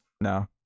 No